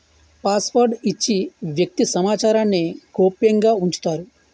password ఇచ్చి వ్యక్తి సమాచారాన్ని గోప్యంగా ఉంచుతారు